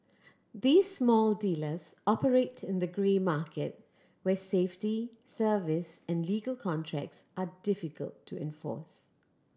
these small dealers operate in the grey market where safety service and legal contracts are difficult to enforce